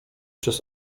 przez